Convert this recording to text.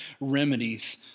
remedies